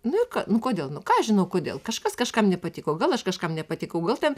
nu ir nu kodėl nu ką aš žinau kodėl kažkas kažkam nepatiko o gal aš kažkam nepatikau gal ten